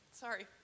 Sorry